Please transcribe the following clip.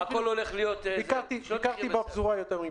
כיו"ר ועדת הכלכלה אני חייב לפתוח בעניין הבא.